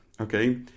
okay